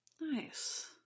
Nice